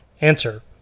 Answer